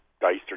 diced